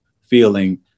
feeling